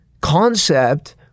concept